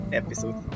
episode